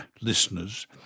listeners